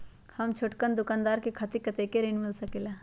हम छोटकन दुकानदार के खातीर कतेक ऋण मिल सकेला?